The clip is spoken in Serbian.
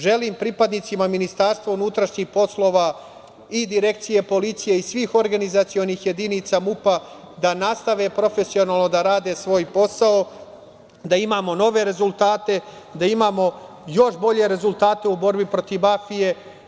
Želim pripadnicima Ministarstva unutrašnjih poslova i Direkcije policije i svih organizacionih jedinica MUP-a da nastave profesionalno da rade svoj posao, da imamo nove rezultate, da imamo još bolje rezultate u borbi protiv mafije.